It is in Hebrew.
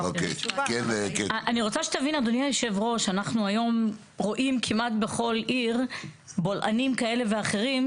אנחנו היום רואים כמעט בכל עיר בולענים כאלה ואחרים,